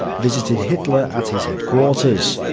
visited hitler at his headquarters.